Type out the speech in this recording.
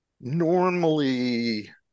normally